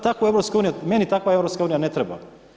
Takva EU, meni takva EU ne treba.